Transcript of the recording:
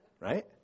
right